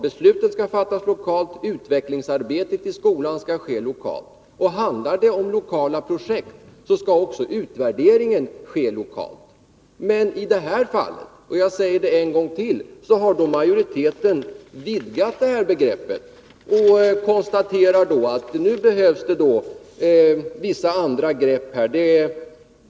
Beslutet skall fattas lokalt, utvecklingsarbetet i skolan skall ske lokalt. Handlar det om lokala projekt, skall också utvärderingen göras lokalt. Men i detta fall har majoriteten vidgat begreppet och konstaterar att det behövs vissa andra grepp.